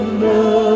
love